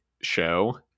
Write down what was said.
show